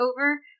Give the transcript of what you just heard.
over